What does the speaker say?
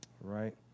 Right